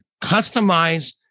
customize